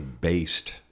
based